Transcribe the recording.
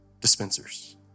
dispensers